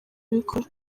abikora